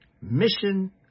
Mission